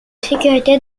sécurité